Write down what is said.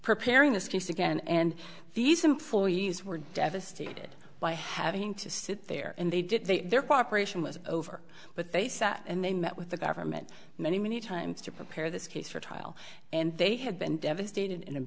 preparing this case again and these employees were devastated by having to sit there and they did their cooperation was over but they sat and they met with the government many many times to prepare this case for trial and they had been devastated